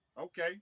Okay